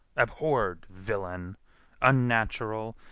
abhorred villain unnatural,